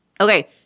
Okay